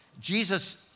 Jesus